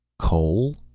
cole?